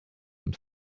und